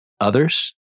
Others